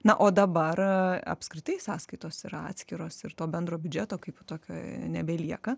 na o dabar apskritai sąskaitos yra atskiros ir to bendro biudžeto kaipo tokio nebelieka